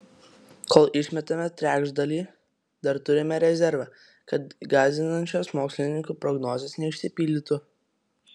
kol išmetame trečdalį dar turime rezervą kad gąsdinančios mokslininkų prognozės neišsipildytų